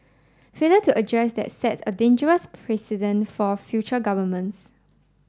failure to address that set a dangerous precedent for future governments